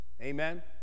Amen